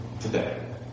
today